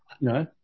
No